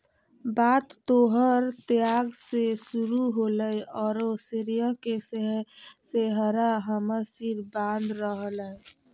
बात तोहर त्याग से शुरू होलय औरो श्रेय के सेहरा हमर सिर बांध रहलय